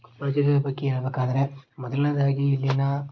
ಕೊಪ್ಪಳ ಜಿಲ್ಲೆಯ ಬಗ್ಗೆ ಹೇಳ್ಬೇಕಾದ್ರೆ ಮೊದಲ್ನೆಯದಾಗಿ ಇಲ್ಲಿನ